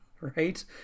right